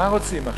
מה רוצים עכשיו?